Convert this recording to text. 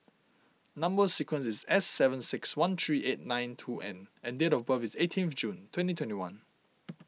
Number Sequence is S seven six one three eight nine two N and date of birth is eighteenth June twenty twenty one